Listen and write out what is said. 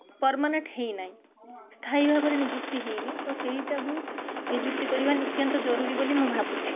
permanent ହୋଇନାହିଁ ସ୍ଥାୟୀ ଭାବରେ ନିଯୁକ୍ତି ହେଇନି ତ ସେଇଟାକୁ ନିଯୁକ୍ତି କରିବା ନିତ୍ୟାନ୍ତ ଜରୁରୀ ବୋଲି ମୁଁ ଭାବୁଛି